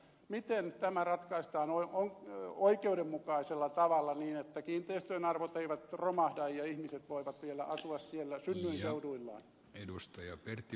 miten tämä ratkaistaan oikeudenmukaisella tavalla niin että kiinteistöjen arvot eivät romahda ja ihmiset voivat vielä asua siellä synnyinseuduillaan